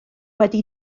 wedi